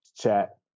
chat